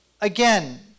again